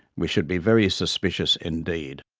we should be very suspicious indeed.